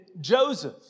Joseph